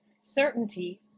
Certainty